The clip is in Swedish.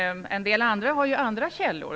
En del andra har andra källor.